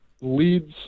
leads